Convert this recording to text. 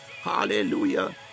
Hallelujah